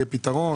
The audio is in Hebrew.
יהיה פתרון,